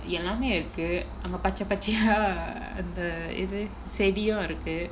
எல்லாமே இருக்கு அங்க பச்ச பச்சயா அந்த இது செடி இருக்கு:ellamae irukku anga pacha pachayaa antha ithu sedi irukku